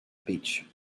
beach